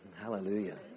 Hallelujah